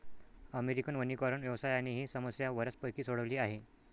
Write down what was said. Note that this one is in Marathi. अमेरिकन वनीकरण व्यवसायाने ही समस्या बऱ्यापैकी सोडवली आहे